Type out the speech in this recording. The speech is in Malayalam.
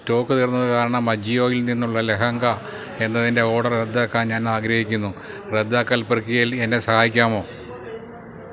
സ്റ്റോക്ക് തീർന്നത് കാരണം അജിയോയിൽ നിന്നുള്ള ലെഹങ്ക എന്നതിൻ്റെ ഓർഡർ റദ്ദാക്കാൻ ഞാൻ ആഗ്രഹിക്കുന്നു റദ്ദാക്കൽ പ്രക്രിയയിൽ എന്നെ സഹായിക്കാമോ